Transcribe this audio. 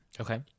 okay